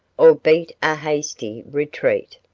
or beat a hasty retreat.